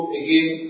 again